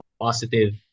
positive